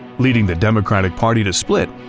leading the democrat party to split,